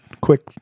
quick